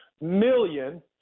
million